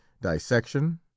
Dissection